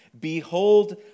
Behold